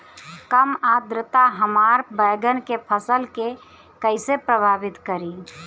कम आद्रता हमार बैगन के फसल के कइसे प्रभावित करी?